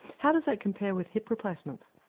how does that compare with hip replacements?